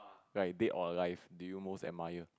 right dead or alive do you most admire